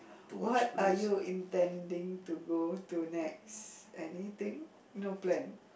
what are you intending to go to next anything no plan